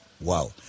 Wow